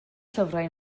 llyfrau